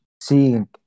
seeing